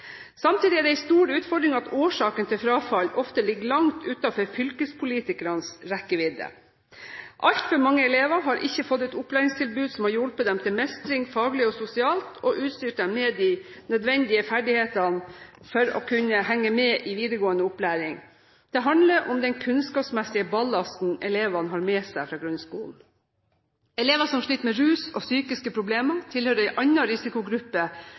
Samtidig er det en stor utfordring at årsaken til frafall ofte ligger langt utenfor fylkespolitikernes rekkevidde. Altfor mange elever har ikke fått et opplæringstilbud som har hjulpet dem til mestring faglig og sosialt – og utstyrt dem med de nødvendige ferdigheter for å kunne henge med i videregående opplæring. Det handler om den kunnskapsmessige ballasten elevene har med seg fra grunnskolen. Elever som sliter med rus og psykiske problemer, tilhører en annen risikogruppe